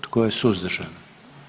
Tko je suzdržan?